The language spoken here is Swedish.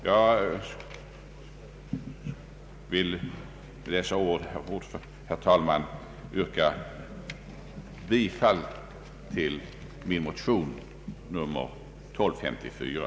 Jag vill med dessa ord, herr talman, yrka bifall till motionen I: 1254.